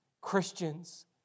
Christians